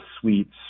suites